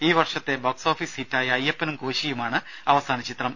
ഈ വർഷത്തെ ബോക്സോഫീസ് ഹിറ്റായ അയ്യപ്പനും കോശിയും ആണ് അവസാന ചിത്രം